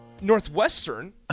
Northwestern